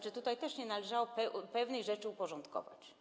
Czy tutaj też nie należałoby pewnych rzeczy uporządkować?